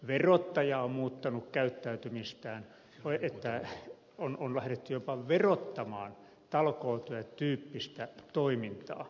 verottaja on muuttanut käyttäytymistään niin että on lähdetty jopa verottamaan talkootyön tyyppistä toimintaa